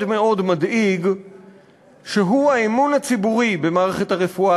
מאוד מדאיג שהוא האמון הציבורי במערכת הרפואה